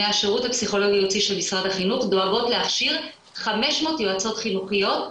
מהשירות הפסיכולוגי של משרד החינוך דואגות להכשיר 500 יועצות חינוכיות,